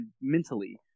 mentally